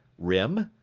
rym,